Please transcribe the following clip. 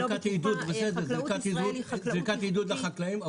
זה זריקת עידוד לחקלאים.